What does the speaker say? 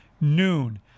noon